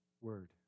word